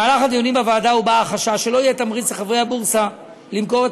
בדיונים בוועדה הובע חשש שלא יהיה תמריץ לחברי הבורסה למכור את